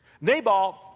Nabal